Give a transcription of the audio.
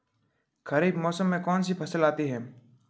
खरीफ मौसम में कौनसी फसल आती हैं?